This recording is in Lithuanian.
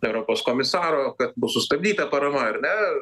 europos komisaro kad bus sustabdyta parama ar ne